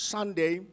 Sunday